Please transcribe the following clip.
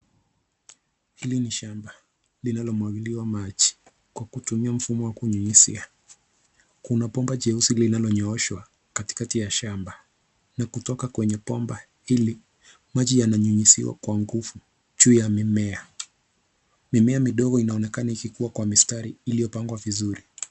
Hili ni shamba linalomwagiliwa maji kwa kutumia mfumo wa kunyunyizia. Kuna bomba jeusi linalonyooshwa katikati ya shamba na kutoka kwenye bomba hili maji yananyunyiziwa kwa nguvu juu ya mimea. Mimea midogo inaonekana ikikua kwa mistari iliyopangwa vizuri.